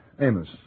amos